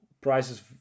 Prices